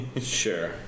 Sure